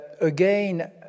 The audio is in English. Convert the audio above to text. Again